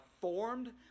formed